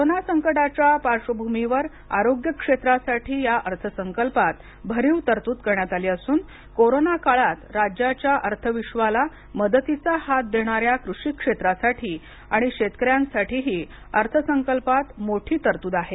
corona संकटाच्या पार्श्वभूमीवर आरोग्य क्षेत्रासाठी या अर्थसंकल्पात भरीव तरतूद करण्यात आली असून कोरोना काळात राज्याच्या अर्थविश्वाला मदतीचा हात देणाऱ्या कृषी क्षेत्रासाठी आणि शेतकऱ्यांसाठीही अर्थसंकल्पात मोठी तरतूद आहे